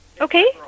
Okay